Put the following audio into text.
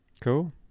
Cool